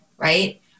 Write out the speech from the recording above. Right